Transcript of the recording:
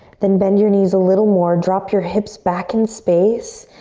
then bend your knees a little more. drop your hips back in space.